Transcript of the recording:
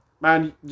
man